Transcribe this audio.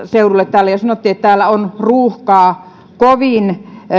täällä jo sanottiin että täällä on ruuhkaa kovin